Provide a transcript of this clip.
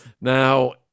Now